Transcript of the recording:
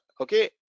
okay